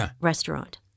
restaurant